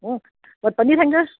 ಹ್ಞೂ ಮತ್ತು ಪನ್ನೀರ್ ಹೆಂಗೆ